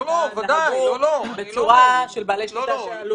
אנחנו בוועדת החקירה עוסקים במספר מסוים של בעלי שליטה.